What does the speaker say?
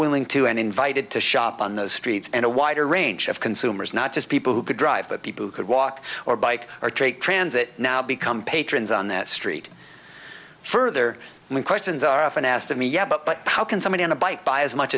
willing to and invited to shop on those streets and a wider range of consumers not just people who could drive but people who could walk or bike or take transit now become patrons on that street further questions are often asked of me yeah but how can somebody on a bike buy as much